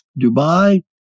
Dubai